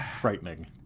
Frightening